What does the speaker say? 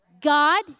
God